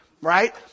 right